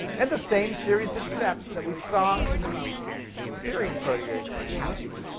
and the same series of steps that we saw in the serine proteases happens,